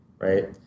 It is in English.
right